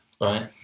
Right